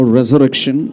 resurrection